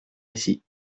ici